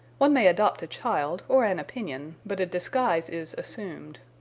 one may adopt a child, or an opinion, but a disguise is assumed.